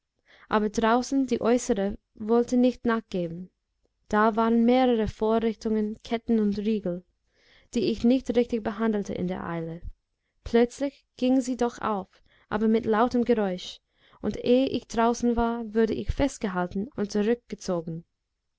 aber draußen die äußere wollte nicht nachgeben da waren mehrere vorrichtungen ketten und riegel die ich nicht richtig behandelte in der eile plötzlich ging sie doch auf aber mit lautem geräusch und eh ich draußen war wurde ich festgehalten und zurückgezogen